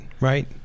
Right